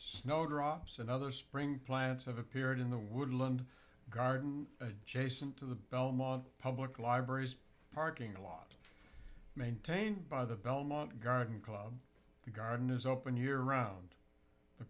snowdrops and other spring plants have appeared in the woodland garden adjacent to the belmont public libraries parking lot maintained by the belmont garden club the garden is open year round the